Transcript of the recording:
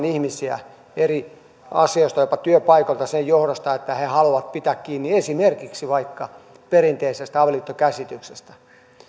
ihmisiä eri asioista ja jopa työpaikalta sen johdosta että he haluavat pitää kiinni esimerkiksi perinteisestä avioliittokäsityksestä